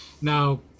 now